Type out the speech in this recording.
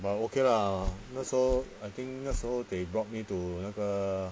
but okay lah 那时候 I think 那时候 they brought me to 那个